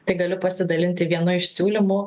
tai galiu pasidalinti vienu iš siūlymų